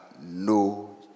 no